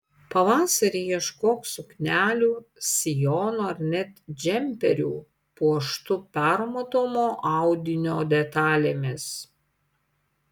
pavasarį ieškok suknelių sijonų ar net džemperių puoštų permatomo audinio detalėmis